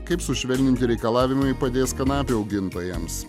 kaip sušvelninti reikalavimai padės kanapių augintojams